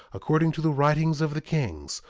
according to the writings of the kings,